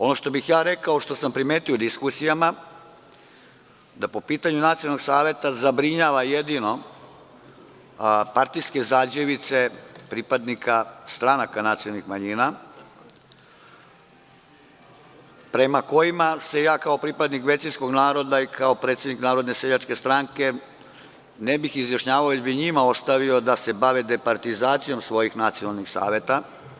Ono što bih rekao, što sam primetio u diskusijama, da po pitanju Nacionalnog saveta zabrinjava jedino partijske zađevice pripadnika stranaka nacionalnih manjina prema kojima se ja kao pripadnik većinskog naroda i kao predsednik Narodne seljačke stranke ne bih izjašnjavao, već bih njima ostavio da se bave departizacijom svojih nacionalnih saveta.